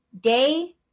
day